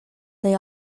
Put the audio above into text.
they